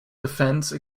defense